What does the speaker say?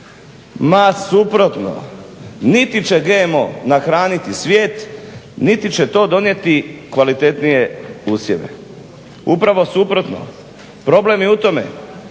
Ma suprotno, niti će GMO nahraniti svijet niti će to donijeti kvalitetnije usjeve. Upravo suprotno. Problem je u tome